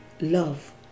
Love